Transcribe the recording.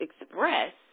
express